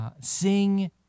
Sing